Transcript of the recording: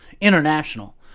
international